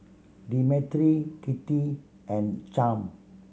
Demetri Kitty and Champ